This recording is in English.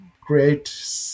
create